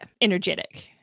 energetic